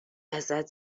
ازت